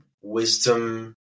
wisdom